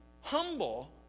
humble